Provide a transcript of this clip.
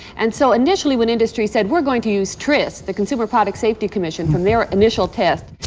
and so initially when industry said, we're going to use tris, the consumer product safety commission, from their initial tests,